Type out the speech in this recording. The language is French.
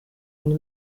une